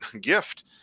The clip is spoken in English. gift